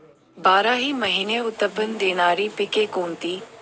बाराही महिने उत्त्पन्न देणारी पिके कोणती?